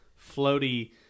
floaty